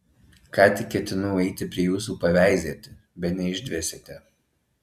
ką tik ketinau eiti prie jūsų paveizėti bene išdvėsėte